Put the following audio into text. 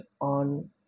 on